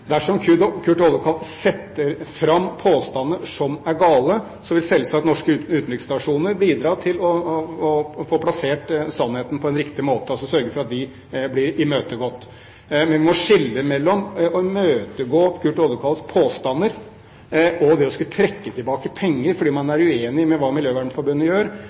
Dersom Kurt Oddekalv setter fram påstander som er gale, vil selvsagt norske utenriksstasjoner bidra til å få plassert sannheten på en riktig måte, altså sørge for at påstandene blir imøtegått. Vi må skille mellom det å imøtegå Kurt Oddekalvs påstander og det å trekke tilbake penger fordi man er uenig i det Miljøvernforbundet gjør.